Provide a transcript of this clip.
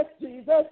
Jesus